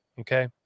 okay